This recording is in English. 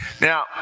Now